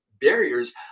barriers